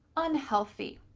unhealthy,